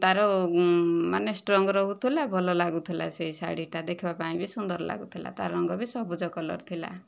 ତା'ର ମାନେ ଷ୍ଟ୍ରଙ୍ଗ ରହୁଥିଲା ଭଲ ଲାଗୁଥିଲା ସେହି ଶାଢ଼ୀଟା ଦେଖିବା ପାଇଁ ବି ସୁନ୍ଦର ଲାଗୁଥିଲା ତା ରଙ୍ଗ ବି ସବୁଜ କଲର୍ ଥିଲା